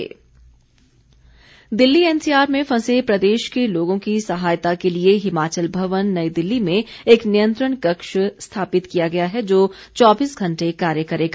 नियंत्रण कक्ष दिल्ली एनसीआर में फंसे प्रदेश के लोगों की सहायता के लिए हिमाचल भवन नई दिल्ली में एक नियंत्रण कक्ष स्थापित किया गया है जो चौबीस घंटे कार्य करेगा